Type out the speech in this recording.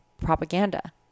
propaganda